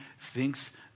thinks